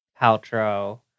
Paltrow